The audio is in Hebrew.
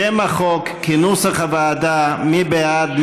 שם החוק כנוסח הוועדה, מי בעד?